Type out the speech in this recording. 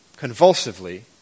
convulsively